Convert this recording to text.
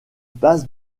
passe